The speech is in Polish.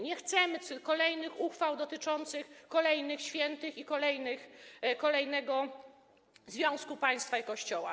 Nie chcemy kolejnych uchwał dotyczących kolejnych świętych i kolejnego związku państwa i Kościoła.